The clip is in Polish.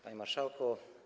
Panie Marszałku!